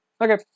Okay